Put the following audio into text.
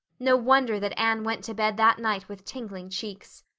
no wonder that anne went to bed that night with tingling cheeks!